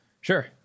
Sure